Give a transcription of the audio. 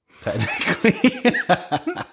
technically